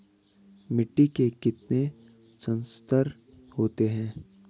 मिट्टी के कितने संस्तर होते हैं?